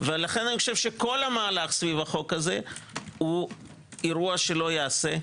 לכן אני חושב שכל המהלך סביב החוק הזה הוא אירוע שלא ייעשה,